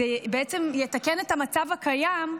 זה בעצם יתקן את המצב הקיים,